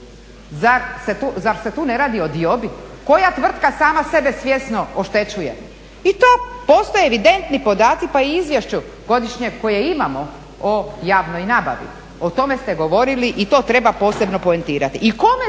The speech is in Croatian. Zar se tu ne radi o diobi? Koja tvrtka sama sebe svjesno oštećuje? I to postoje evidentni podaci pa i u izvješću godišnjem koje imamo o javnoj nabavi, o tome ste govorili i to treba posebno … I kome smeta